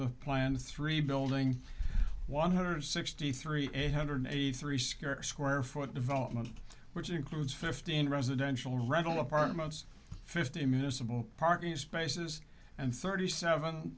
the planned three building one hundred sixty three eight hundred eighty three square square foot development which includes fifteen residential rental apartments fifty municipal parking spaces and thirty seven